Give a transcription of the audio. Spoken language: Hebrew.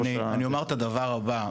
אני אומר את הדבר הבא,